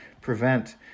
prevent